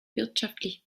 wirtschaftlich